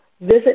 visit